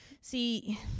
see